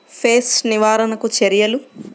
Pest నివారణకు చర్యలు?